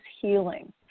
healing